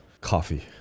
Coffee